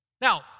Now